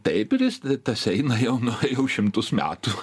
taip ir jis tas eina jau nu jau šimtus metų